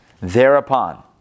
thereupon